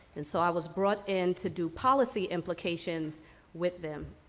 and so, i was brought in to do policy implications with them.